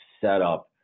setup